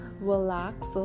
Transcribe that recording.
relax